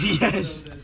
Yes